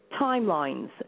timelines